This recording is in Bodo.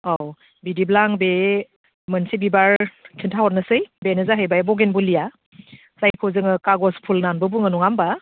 औ बिदिब्ला आं बे मोनसे बिबार खिन्था हरनोसै बेनो जाहैबाय बगेनभिलिया जायखौ जोङो कागज फुल नामबो बुङो नङा होनबा